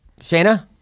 Shayna